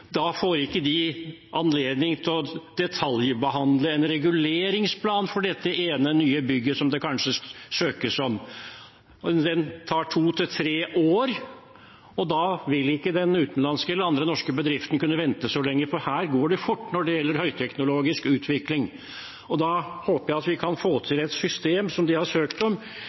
da får ikke de anledning til å detaljbehandle en reguleringsplan for dette ene nye bygget som det kanskje søkes om. Det tar to til tre år, og den utenlandske eller andre norske bedriften vil ikke kunne vente så lenge, for her går det fort når det gjelder høyteknologisk utvikling. Jeg håper at vi kan få til et system som de har søkt om,